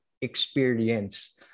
experience